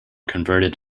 converted